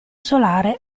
solare